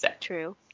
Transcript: True